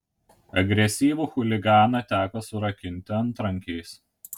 agresyvų chuliganą teko surakinti antrankiais